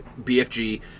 BFG